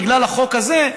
בגלל החוק הזה,